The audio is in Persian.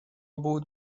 بود